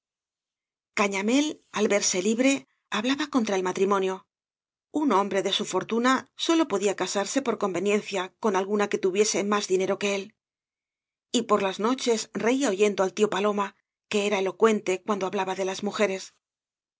cañamél al verse libre hablaba contra el matrimonio un hombre de su fortuna sólo podía casarse por conveniencia con alguna que tuviese más dinero que él y por las noches reía oyendo al tío paloma que era elocuente cuando hablaba de las mujeres